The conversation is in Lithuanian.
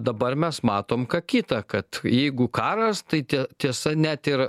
dabar mes matom ką kita kad jeigu karas tai tie tiesa net ir